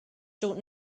short